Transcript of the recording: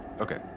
Okay